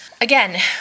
again